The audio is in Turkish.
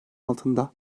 altında